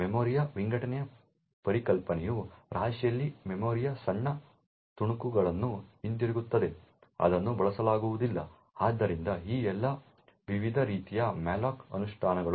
ಮೆಮೊರಿಯ ವಿಘಟನೆಯ ಪರಿಕಲ್ಪನೆಯು ರಾಶಿಯಲ್ಲಿ ಮೆಮೊರಿಯ ಸಣ್ಣ ತುಣುಕುಗಳನ್ನು ಹೊಂದಿರುತ್ತದೆ ಅದನ್ನು ಬಳಸಲಾಗುವುದಿಲ್ಲ ಆದ್ದರಿಂದ ಈ ಎಲ್ಲಾ ವಿವಿಧ ರೀತಿಯ ಮ್ಯಾಲೋಕ್ ಅನುಷ್ಠಾನಗಳು